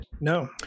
No